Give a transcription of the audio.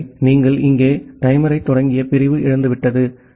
ஆகவே நீங்கள் இங்கே டைமரைத் தொடங்கிய பிரிவு இழந்துவிட்டது